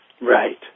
Right